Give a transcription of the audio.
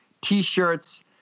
t-shirts